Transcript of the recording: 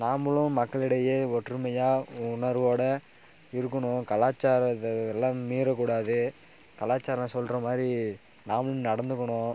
நாமளும் மக்களிடையே ஒற்றுமையாக உணர்வோடு இருக்கணும் கலாச்சார இது எல்லாம் மீறக்கூடாது கலாச்சாரம் சொல்கிற மாதிரி நாமளும் நடந்துக்கணும்